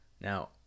Now